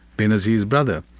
benazir's brother.